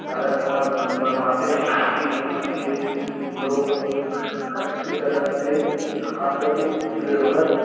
सादा खाना बन बनवाते हैं ताकि यहाँ के लोग अच्छे तरह से खा सके पेट भर